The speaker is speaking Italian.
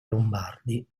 lombardi